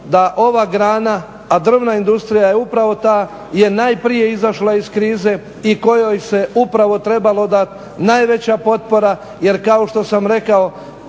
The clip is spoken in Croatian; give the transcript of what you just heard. da ova grana, a drvna industrija je upravo ta, je najprije izašla iz krize i kojoj se upravo trebalo dati najveća potpora jer kao što sam rekao